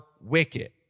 wicked